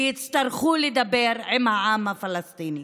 ויצטרכו לדבר עם העם הפלסטיני.